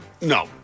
No